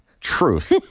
Truth